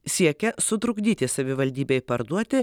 siekia sutrukdyti savivaldybei parduoti